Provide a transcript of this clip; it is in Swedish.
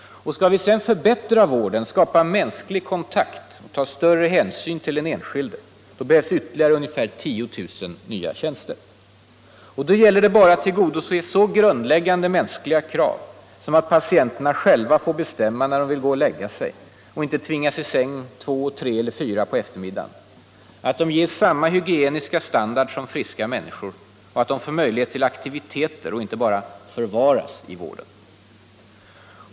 Skall vi sedan förbättra vården, skapa mänsklig kontakt och ta större hänsyn till den enskilde, då behövs ytterligare ungefär 10 000 nya tjänster. Och då gäller det bara att tillgodose så grundläggande mänskliga krav som att patienterna själva får bestämma när de vill gå och lägga sig och inte tvingas i säng klockan två, tre eller fyra på eftermiddagen, att de ges samma hygieniska standard som friska människor och att de får möjlighet till aktiviteter och inte bara ”förvaras” i vården.